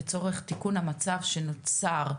לצורך תיקון המצב שנוצר.